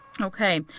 Okay